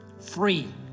free